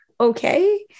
Okay